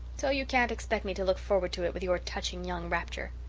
so you can't expect me to look forward to it with your touching young rapture.